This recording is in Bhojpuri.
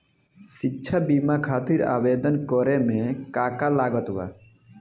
शिक्षा बीमा खातिर आवेदन करे म का का लागत बा?